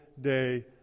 day